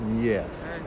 Yes